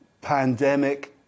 pandemic